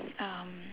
um